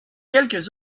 quelques